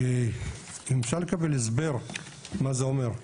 אם אפשר לקבל הסבר מה זה אומר.